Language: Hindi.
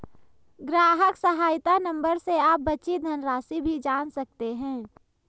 ग्राहक सहायता नंबर से आप बची धनराशि भी जान सकते हैं